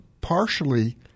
partially